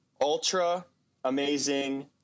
ultra-amazing